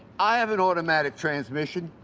i have an automatic transmission.